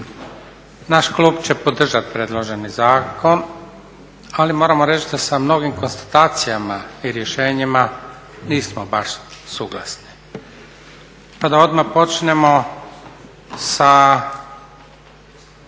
Naš klub će podržat predloženi zakon, ali moramo reći da sa ovim konstatacijama i rješenjima nismo baš suglasni. Pa da odmah počnemo sa